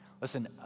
Listen